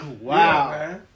Wow